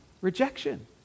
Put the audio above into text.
rejection